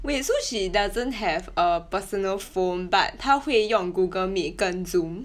wait so she doesn't have a personal phone but 她会用 Google Meet 跟 Zoom